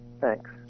Thanks